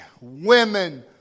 women